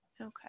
Okay